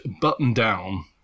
button-down